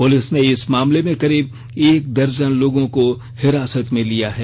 police ने इस मामले में करीब एक दर्जन लोगों को हिरासत में लिया है